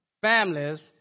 families